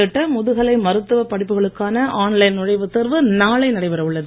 உள்ளிட்ட முதுகலை மருத்துவ படிப்புகளுக்கான ஆன் லைன் நுழைவுத் தேர்வு நாளை நடைபெற உள்ளது